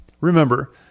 Remember